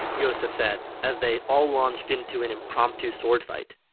yoseph said, as they all launched into an impromptu sword fight.